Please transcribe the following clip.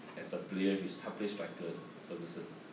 as a player his 他 play striker 的 ferguson